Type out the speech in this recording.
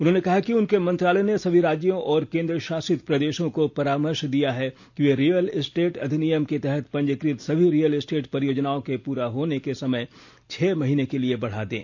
उन्होंने कहा कि उनके मंत्रालय ने सभी राज्यों और केन्द्रशासित प्रदेशों को परामर्श दिया है कि वे रियल एस्टेट अधिनियम के तहत पंजीकृत सभी रियल एस्टेट परियोजनाओं के पूरा होने का समय छह महीने के लिए बढ़ा दें